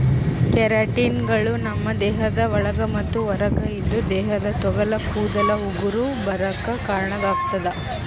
ಕೆರಾಟಿನ್ಗಳು ನಮ್ಮ್ ದೇಹದ ಒಳಗ ಮತ್ತ್ ಹೊರಗ ಇದ್ದು ದೇಹದ ತೊಗಲ ಕೂದಲ ಉಗುರ ಬರಾಕ್ ಕಾರಣಾಗತದ